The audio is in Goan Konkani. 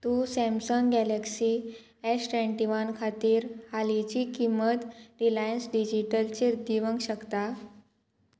तूं Samsung Galaxy S twenty one खातीर हालींची किंमत रिलायन्स डिजिटलचेर दिवंक शकता